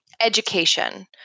education